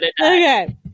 Okay